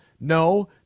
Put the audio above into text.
No